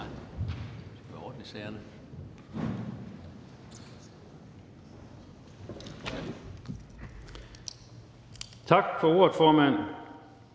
Tak for ordet, formand.